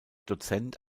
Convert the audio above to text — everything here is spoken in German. dozent